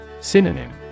Synonym